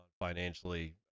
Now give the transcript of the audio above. financially